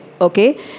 Okay